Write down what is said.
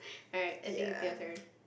alright I think it's your turn